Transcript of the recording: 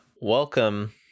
Welcome